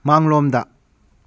ꯃꯥꯡꯂꯣꯝꯗ